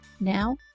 Now